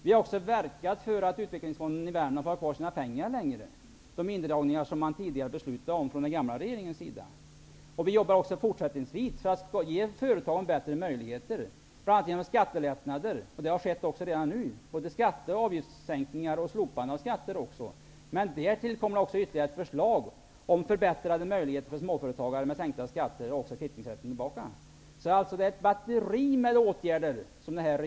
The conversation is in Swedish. Vi har också verkat för att utvecklingsfonden i Värmland skall få ha kvar sina pengar längre, trots de indragningar som den förra regeringen beslutade om. Vi jobbar också fortsättningsvis för att ge företagen bättre möjligheter, bl.a. genom skattelättnader. Detta har skett redan nu. Skatter och avgifter har sänkts, och skatter har faktiskt slopats. Därtill kommer ytterligare ett förslag om förbättrade möjligheter för småföretagare med sänkta skatter och kvittningsrätt. Denna regering har kommit med ett batteri av åtgärder.